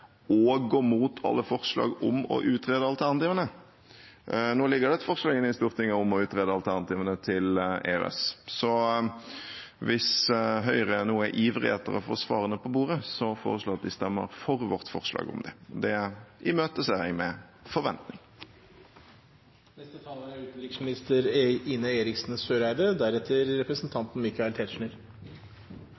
og gå imot alle forslag om å utrede alternativene. Nå ligger det et forslag i Stortinget om å utrede alternativene til EØS, så hvis Høyre nå er ivrig etter å få svarene på bordet, foreslår jeg at de stemmer for vårt forslag om det. Det imøteser jeg med forventning.